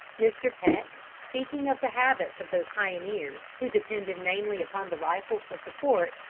mr. peck, speaking of the habits of those pioneers who depended mainly upon the rifle for support,